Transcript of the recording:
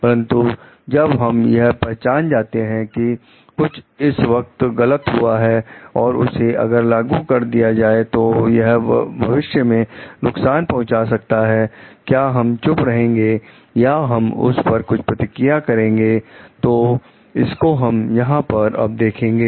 परंतु जब हम यह पहचान जाते हैं कि कुछ इस वक्त गलत हुआ है और उसे अगर लागू कर दिया जाए तो वह भविष्य में नुकसान पहुंचा सकता है क्या हम चुप रहेंगे या हम उस पर कुछ प्रतिक्रिया करेंगे तो इसको हम यहां पर अब देखेंगे